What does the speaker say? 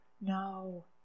No